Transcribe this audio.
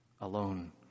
alone